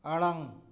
ᱟᱲᱟᱝ